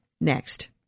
next